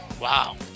wow